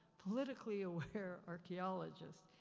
politically aware archeologists.